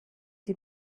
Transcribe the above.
sie